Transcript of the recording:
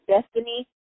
destiny